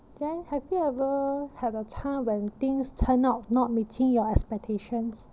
then have you ever had a time when things turn out not meeting your expectations